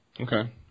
Okay